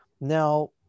Now